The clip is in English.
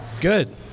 Good